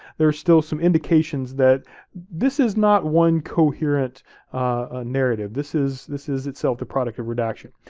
there's still some indications that this is not one coherent ah narrative. this is this is itself a product of redaction.